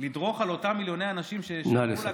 לדרוך על אותם מיליוני אנשים, נא לסיים.